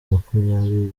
makumyabiri